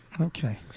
Okay